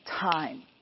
time